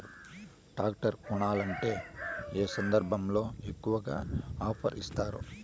Tractor కొనాలంటే ఏ సందర్భంలో ఎక్కువగా ఆఫర్ ఇస్తారు?